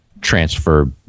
transfer